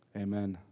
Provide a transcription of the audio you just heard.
Amen